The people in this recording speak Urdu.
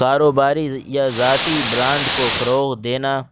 کاروباری یا ذاتی برانڈ کو فروغ دینا